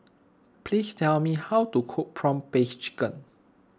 please tell me how to cook Prawn Paste Chicken